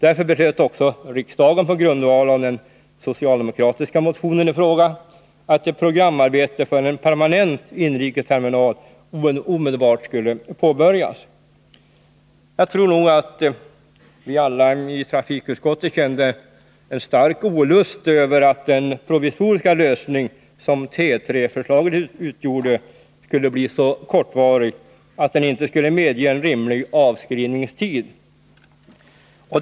Därför beslöt också riksdagen på grundval av den socialdemokratiska motionen i fråga att ett programarbete för en permanent inrikesterminal omedelbart skulle påbörjas. Jag tror att vi alla i trafikutskottet kände en stark olust över att den provisoriska lösning som T3-förslaget utgjorde skulle bli så kortvarig att den inte skulle medge en rimlig avskrivningstid.